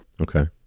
Okay